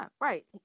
Right